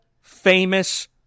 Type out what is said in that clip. famous